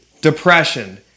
depression